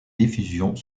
diffusions